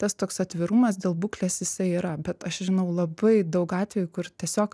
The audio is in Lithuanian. tas toks atvirumas dėl būklės jisai yra bet aš žinau labai daug atvejų kur tiesiog